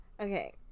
Okay